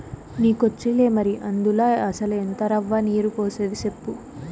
నీకొచ్చులే మరి, అందుల అసల ఎంత రవ్వ, నీరు పోసేది సెప్పు